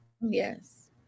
Yes